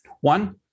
one